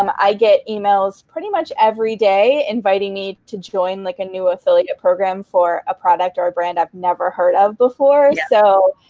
um i get emails pretty much every day inviting me to join like a new affiliate program for a product or ah brand i've never heard of before. so